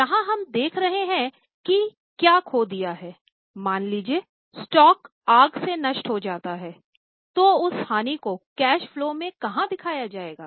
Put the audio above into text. यहां हम देख रहे है कि क्या खो दिया है मान लीजिये स्टॉक आग से नष्ट हो जाता है तो उस हानि को कैश फलो में कहाँ दिखाया जाएगा